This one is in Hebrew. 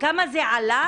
כמה זה עלה